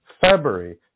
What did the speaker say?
February